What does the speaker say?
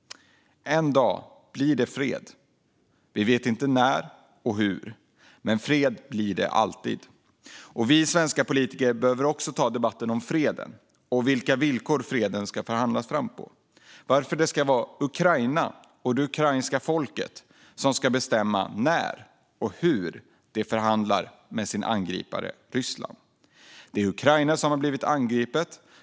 En dag blir det fred. Vi vet inte när och hur, men fred blir det alltid. Vi svenska politiker behöver också ta debatten om freden och på vilka villkor freden ska förhandlas fram. Det ska vara Ukraina och det ukrainska folket som bestämmer när och hur de förhandlar med sin angripare Ryssland. Det är Ukraina som har blivit angripet.